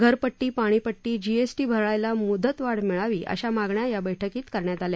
घरपट्टी पाणीपट्टी जीएसटी भरण्यास मुदतवाढ मिळावी अशा मागण्या या बैठकीत करण्यात आल्या